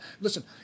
listen